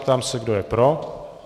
Ptám se, kdo je pro.